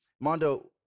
Mondo